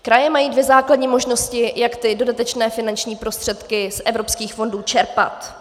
Kraje mají dvě základní možnosti, jak dodatečné finanční prostředky z evropských fondů čerpat.